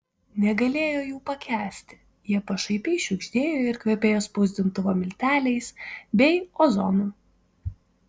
negalėjo jų pakęsti jie pašaipiai šiugždėjo ir kvepėjo spausdintuvo milteliais bei ozonu